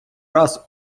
раз